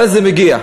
אבל זה מגיע.